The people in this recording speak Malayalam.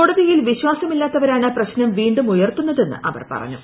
കോടതിയിൽ വിശ്വാസമില്ലാത്തവരാണ് പ്രശ്നം വീണ്ടും ഉയർത്തുന്നതെന്ന് അവർ പറഞ്ഞു